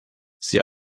sie